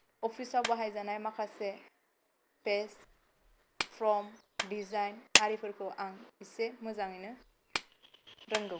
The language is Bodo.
अफिसाव बाहायजानाय माखासे पेज फर्म दिजायन आरिफोरखौ आं इसे मोजांयैनो रोंगौ